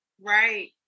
Right